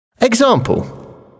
Example